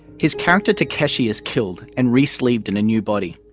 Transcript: his character takeshi is killed and re-sleeved in a new body.